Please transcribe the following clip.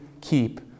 keep